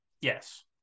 Yes